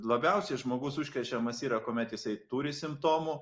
labiausiai žmogus užkrečiamas yra kuomet jisai turi simptomų